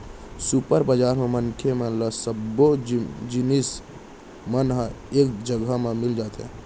super बजार म मनसे मन ल सब्बो जिनिस मन ह एके जघा म मिल जाथे